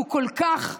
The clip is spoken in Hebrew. שהוא כל כך,